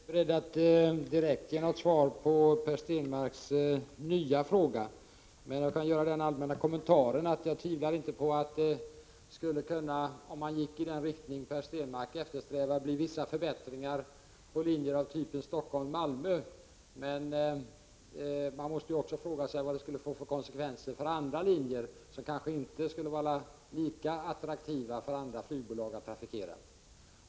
Herr talman! Jag är inte beredd att direkt ge något svar på Per Stenmarcks nya fråga, men jag kan som en allmän kommentar säga att jag inte tvivlar på att åtgärder i den riktning Per Stenmarck eftersträvar skulle kunna medföra vissa förbättringar på linjer av typen Helsingfors-Malmö. Man måste emellertid fråga sig vilka konsekvenser detta skulle få för linjer som kanske inte är lika attraktiva för andra flygbolag att trafikera.